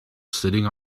sitting